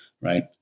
right